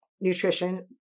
nutrition